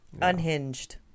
unhinged